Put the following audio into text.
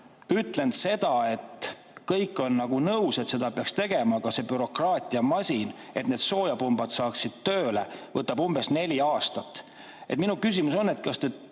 ütelnud sedasi, et kõik on nõus, et seda peaks tegema, aga see bürokraatia, et need soojapumbad saaksid tööle, võtab umbes neli aastat. Minu küsimus on, et kas te